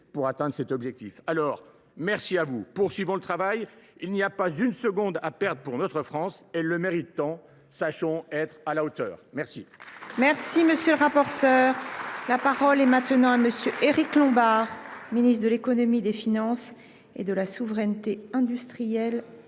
voie vers cet objectif. Aussi, merci à vous, et poursuivons le travail ! Il n’y a pas une seconde à perdre pour notre France. Elle le mérite tant. Sachons être à la hauteur. La